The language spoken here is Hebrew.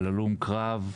השיקום,